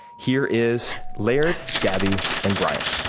here is laird, gabby, and brian.